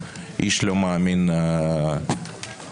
איש לא מאמין לרעהו,